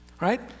right